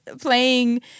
playing